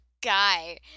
guy